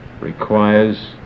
Requires